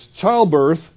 Childbirth